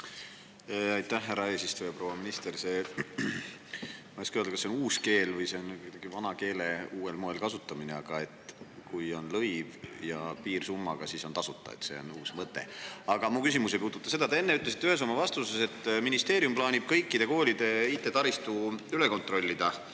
Aitäh, härra eesistuja! Proua minister! Ma ei oska öelda, kas see on uus keel või vana keele uuel moel kasutamine, aga see, et kui on lõiv ja piirsumma, siis on ikka tasuta, on uus mõte. Aga mu küsimus ei puuduta seda. Te enne ütlesite ühes oma vastuses, et ministeerium plaanib kõikide koolide IT-taristu üle kontrollida,